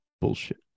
bullshit